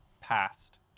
Past